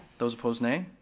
those opposed, nay.